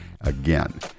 Again